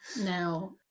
now